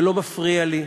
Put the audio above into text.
זה לא מפריע לי.